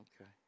Okay